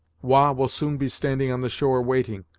wah will soon be standing on the shore waiting,